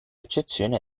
eccezione